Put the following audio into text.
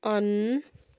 on